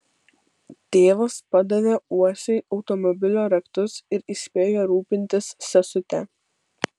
tėvas padavė uosiui automobilio raktus ir įspėjo rūpintis sesute